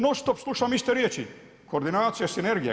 Non stop slušam iste riječi koordinacija, sinergija.